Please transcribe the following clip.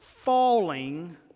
falling